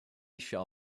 shall